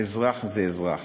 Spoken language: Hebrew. אזרח זה אזרח,